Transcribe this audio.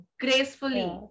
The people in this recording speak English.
gracefully